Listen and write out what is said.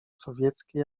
sowieckie